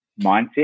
mindset